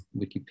Wikipedia